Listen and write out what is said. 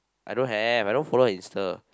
I don't have I don't follow her insta